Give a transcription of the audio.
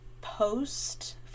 post